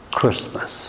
Christmas